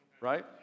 right